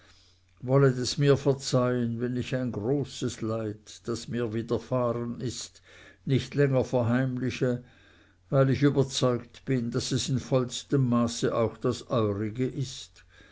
wollet es mir verzeihen wenn ich ein großes leid das mir widerfahren ist nicht länger verheimliche weil ich überzeugt bin daß es in vollstem maße auch das eurige ist